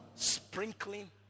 sprinkling